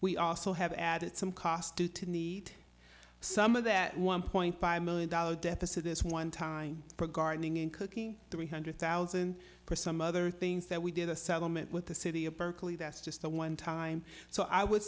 we also have added some cost due to meet some of that one point five million dollars deficit this one time for gardening and cooking three hundred thousand for some other things that we did a settlement with the city of berkeley that's just a one time so i would